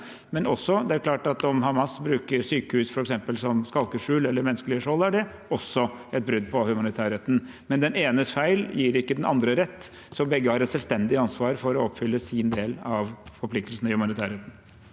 men det er klart at om Hamas f.eks. bruker sykehus som skalkeskjul eller bruker menneskelige skjold, er det også et brudd på humanitærretten. Men den enes feil gir ikke den andre rett, så begge har et selvstendig ansvar for å oppfylle sin del av forpliktelsene i humanitærretten.